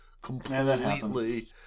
completely